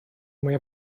mwyaf